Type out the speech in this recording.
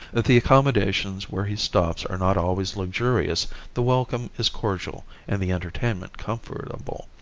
if the accommodations where he stops are not always luxurious the welcome is cordial and the entertainment comfortable.